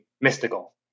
mystical